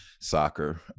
soccer